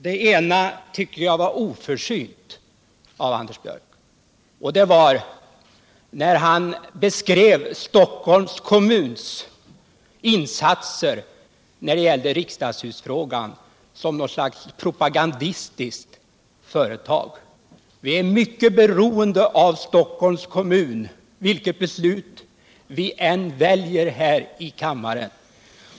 Jag tycker det var oförsynt av Anders Björck att beskriva Stockholms kommuns insatser i riksdagshusfrågan som något slags propagandistisk affär. Vi är mycket beroende av Stockholms kommun vilket beslut vi än väljer här i kammaren.